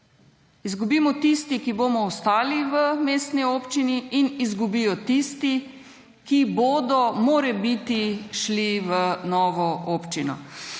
izgubimo tisti, ki bomo ostali v mestni občin, in izgubijo tisti, ki bodo morebiti šli v novo občino.